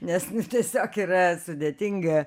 nes tiesiog yra sudėtinga